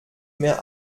mehr